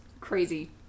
crazy